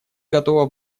готово